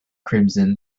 crimson